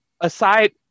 Aside